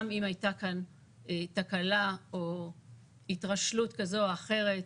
גם אם הייתה כאן תקלה או התרשלות כזאת או אחרת,